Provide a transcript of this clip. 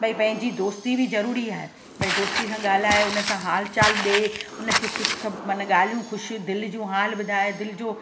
भई पंहिंजी दोस्ती बि ज़रूरी आहे भाई दोस्ती सां ॻाल्हाई हुन सां हालु चालु ॾे हुनखे ख़ुशि ख माना ॻाल्हि जो ख़ुशी दिलि जो हालु ॿुधाए दिलि जो